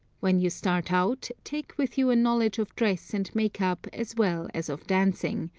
when you start out, take with you a knowledge of dress and makeup as well as of dancing,